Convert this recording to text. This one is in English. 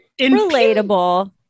relatable